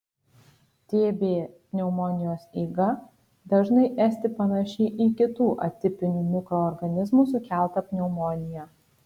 tb pneumonijos eiga dažnai esti panaši į kitų atipinių mikroorganizmų sukeltą pneumoniją